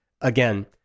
Again